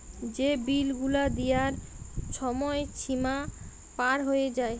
যে বিল গুলা দিয়ার ছময় সীমা পার হঁয়ে যায়